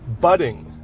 budding